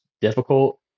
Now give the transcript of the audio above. difficult